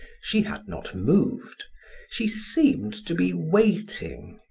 she had not moved she seemed to be waiting.